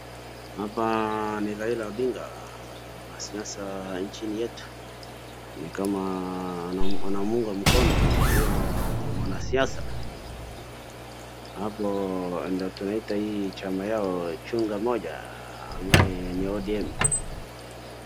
Hapa ni Raila Odinga, ni mwanasiasa nchini yetu, ni kama wanamuunga mkono huyo mwanasiasa. Hapa ndo tunaita hii chama yao Chungwa Moja ambayo ni ODM.